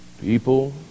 people